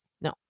No